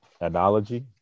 analogy